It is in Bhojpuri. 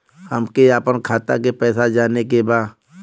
हमके आपन खाता के पैसा जाने के बा